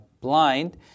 Blind